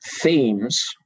themes